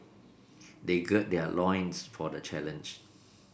they gird their loins for the challenge